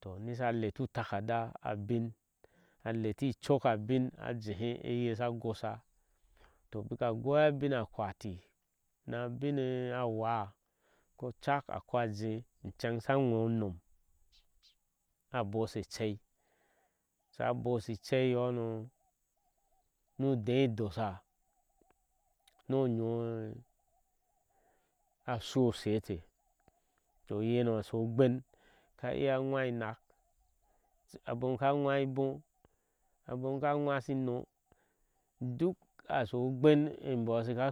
Tohisa leti utakada abin a leti idok abin a jehe eye asha agosha to baka goi a bin a kwati na abiŋa awa kocak akojeeh icen asa aghɛɛ unom a boshe ecei asha boshi ecei yono nu udei a dosha nu onyo ashu ashe teh to innyno asho ogbeŋ aka iya anwai ina aboŋka ŋwai i boo a boŋ ka ŋwashi inno duk asho ogben e mbo aka